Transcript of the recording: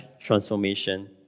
transformation